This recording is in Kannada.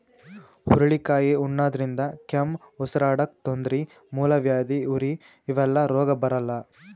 ಹುರಳಿಕಾಯಿ ಉಣಾದ್ರಿನ್ದ ಕೆಮ್ಮ್, ಉಸರಾಡಕ್ಕ್ ತೊಂದ್ರಿ, ಮೂಲವ್ಯಾಧಿ, ಉರಿ ಇವೆಲ್ಲ ರೋಗ್ ಬರಲ್ಲಾ